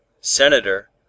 senator